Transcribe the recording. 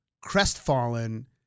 crestfallen